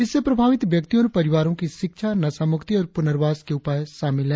इससे प्रभावित व्यक्तियों और परिवारों की शिक्षा नशामुक्ति और पुनर्वास के उपाय शामिल है